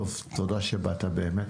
תודה שבאת, באמת.